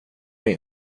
mig